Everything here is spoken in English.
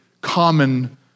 common